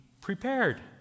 prepared